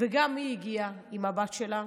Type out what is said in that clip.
וגם היא הגיעה עם הבת שלה.